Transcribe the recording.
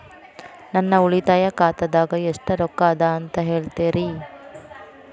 ನನ್ನ ಉಳಿತಾಯ ಖಾತಾದಾಗ ಎಷ್ಟ ರೊಕ್ಕ ಅದ ಅಂತ ಹೇಳ್ತೇರಿ?